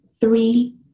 three